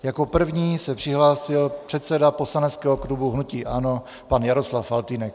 Jako první se přihlásil předseda poslaneckého klubu hnutí ANO pan Jaroslav Faltýnek.